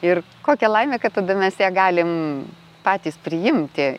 ir kokia laimė kad tada mes ją galim patys priimti